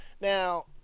Now